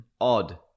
Odd